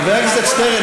חבר הכנסת שטרן,